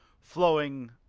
flowing